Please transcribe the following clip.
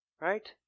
right